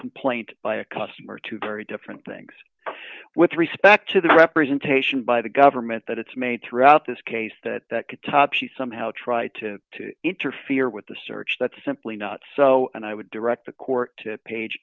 complaint by a customer two very different things with respect to the representation by the government that it's made throughout this case that that could top she somehow tried to interfere with the search that's simply not so and i would direct the court to page